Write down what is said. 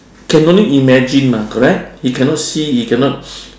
can only imagine mah correct he cannot see he cannot